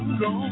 go